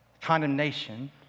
Condemnation